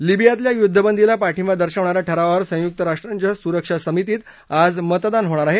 लिबियातल्या युद्धबंदीला पाठिंबा दर्शवणा या ठरावावर संयुक्त राष्ट्रांच्या सुरक्षा समितीत आज मतदान होणार आहे